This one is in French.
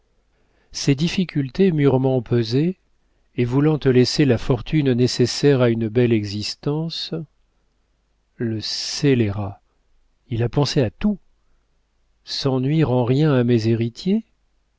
ces difficultés mûrement pesées et voulant te laisser la fortune nécessaire à une belle existence le scélérat il a pensé à tout sans nuire en rien à mes héritiers